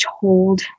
told